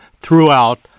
throughout